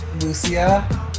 Lucia